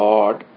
Lord